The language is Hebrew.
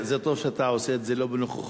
זה טוב שאתה עושה את זה לא בנוכחותו.